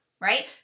right